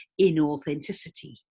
inauthenticity